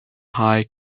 high